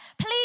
Please